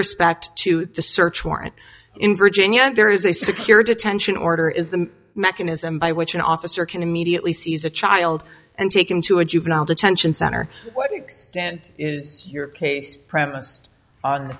respect to the search warrant in virginia and there is a secure detention order is the mechanism by which an officer can immediately seize a child and take him to a juvenile detention center what extent is your case premised on the